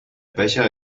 becher